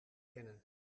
kennen